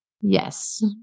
Yes